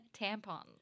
Tampons